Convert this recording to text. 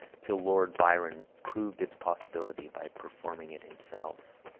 till lord byron proved its possibility by performing it himself.